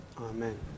Amen